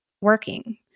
working